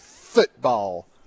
football